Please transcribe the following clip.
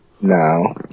No